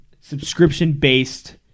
subscription-based